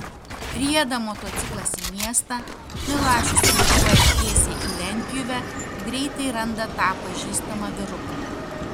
rieda motociklas į miestą milašius važiuoja tiesiai į lentpjūvę greitai randa tą pažįstamą vyruką